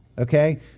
Okay